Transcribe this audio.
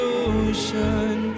ocean